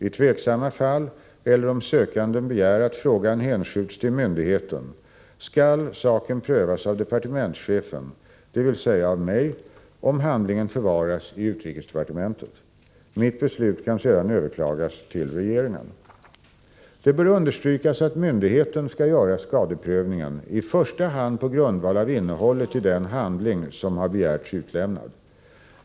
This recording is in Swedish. I tveksamma fall, eller om sökanden begär att frågan hänskjuts till myndigheten, skall saken prövas av departementschefen, dvs. av mig om handlingen förvaras i utrikesdepartementet. Mitt beslut kan sedan överklagas till regeringen. Det bör understrykas att myndigheten skall göra skadeprövningen i första hand på grundval av innehållet i den handling som har begärts utlämnad.